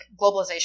globalization